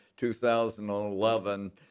2011